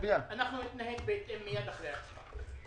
אנחנו נתנהג בהתאם מיד אחרי ההצבעה.